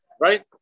right